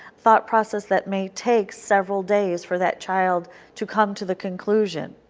thought process that may take several days for that child to come to the conclusion.